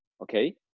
okay